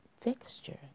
fixture